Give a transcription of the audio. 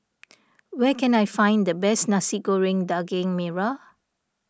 where can I find the best Nasi Goreng Daging Merah